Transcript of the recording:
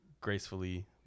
gracefully